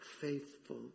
Faithful